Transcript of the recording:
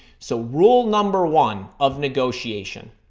so, rule number one of negotiation,